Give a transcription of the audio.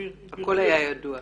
הכול היה ידוע.